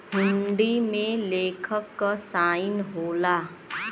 हुंडी में लेखक क साइन होला